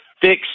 fixed